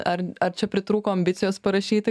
ar ar čia pritrūko ambicijos parašyti